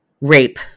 rape